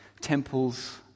temples